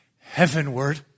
heavenward